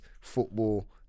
football